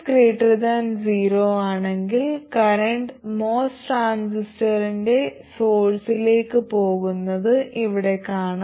vgs0 ആണെങ്കിൽ current MOS ട്രാൻസിസ്റ്ററിന്റെ സോഴ്സിലേക്ക് പോകുന്നത് ഇവിടെ കാണാം